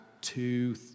two